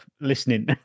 listening